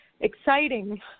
exciting